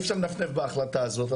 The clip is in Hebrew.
אי אפשר לנפנף בהחלטה הזו.